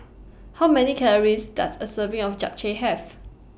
How Many Calories Does A Serving of Japchae Have